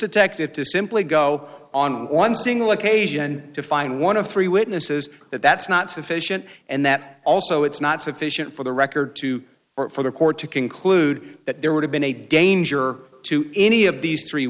detective to simply go on one single occasion to find one of three witnesses that that's not sufficient and that also it's not sufficient for the record to for the court to conclude that there would have been a danger to any of these three